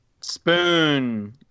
Spoon